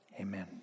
Amen